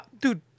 dude